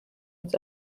its